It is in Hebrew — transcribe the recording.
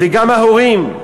וגם ההורים,